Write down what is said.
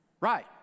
Right